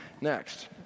Next